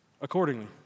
accordingly